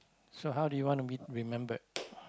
so how do you wanna be remembered